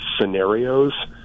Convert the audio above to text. scenarios